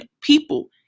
people